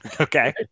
Okay